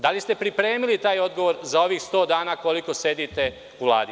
Da li ste pripremili taj odgovor za ovih 100 dana, koliko sedite u Vladi?